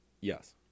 Yes